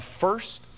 first